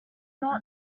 not